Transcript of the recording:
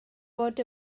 bod